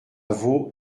vaux